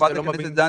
ח"כ זנדברג,